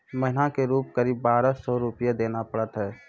महीना के रूप क़रीब बारह सौ रु देना पड़ता है?